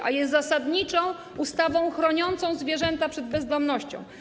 Tak? ...a jest zasadniczą kwestią chroniącą zwierzęta przed bezdomnością.